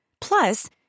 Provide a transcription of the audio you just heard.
Plus